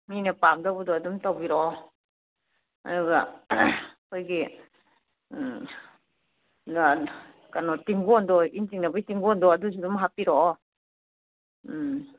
ꯃꯤꯅ ꯄꯥꯝꯗꯧꯕꯗꯣ ꯑꯗꯨꯝ ꯇꯧꯕꯤꯔꯛꯑꯣ ꯑꯗꯨꯒ ꯑꯩꯈꯣꯏꯒꯤ ꯀꯩꯅꯣ ꯇꯨꯡꯒꯣꯟꯗꯣ ꯏꯟ ꯆꯤꯡꯅꯕꯩ ꯇꯨꯡꯒꯣꯟꯗꯣ ꯑꯗꯨꯁꯨ ꯑꯗꯨꯝ ꯍꯥꯞꯄꯤꯔꯛꯑꯣ ꯎꯝ